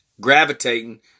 gravitating